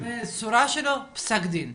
בצורה שלו הוא פסק דין.